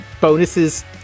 bonuses